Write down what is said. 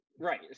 Right